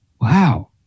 Wow